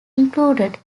included